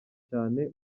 cyane